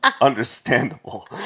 understandable